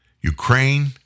Ukraine